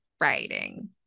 writing